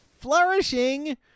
flourishing